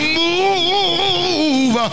move